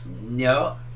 No